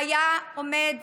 היה עומד